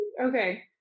Okay